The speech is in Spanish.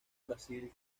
brasil